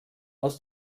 aus